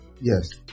yes